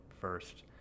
first